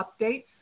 updates